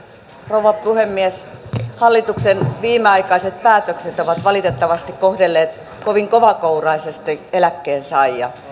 rouva puhemies hallituksen viimeaikaiset päätökset ovat valitettavasti kohdelleet kovin kovakouraisesti eläkkeensaajia